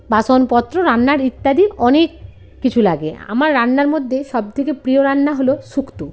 বাসনপত্র রান্নার ইত্যাদি অনেক কিছু লাগে আমার রান্নার মধ্যে সবথেকে প্রিয় রান্না হলো শুক্ত